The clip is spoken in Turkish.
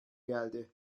geldi